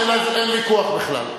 אין ויכוח בכלל.